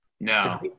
no